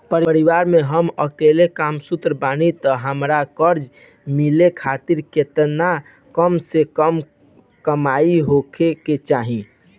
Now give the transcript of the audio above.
परिवार में हम अकेले कमासुत बानी त हमरा कर्जा मिले खातिर केतना कम से कम कमाई होए के चाही?